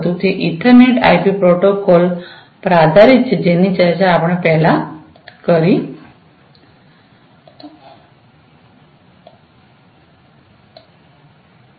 તે Ethernet IP protocol પર આધારિત છે જેની ચર્ચા આપણે પહેલાં કરી છે